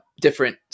different